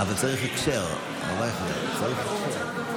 אני קובע שהצעת חוק לפיצוי קורבנות טרור (פיצויים לדוגמה),